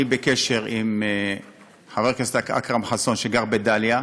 אני בקשר עם חבר הכנסת אכרם חסון שגר בדאליה,